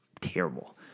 terrible